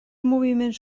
moviments